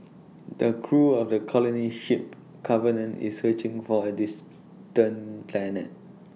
the crew of the colony ship covenant is searching for A distant planet